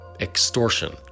extortion